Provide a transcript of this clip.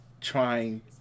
trying